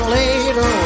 later